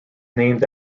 named